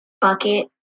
bucket